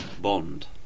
Bond